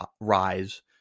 rise